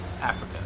Africa